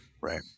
right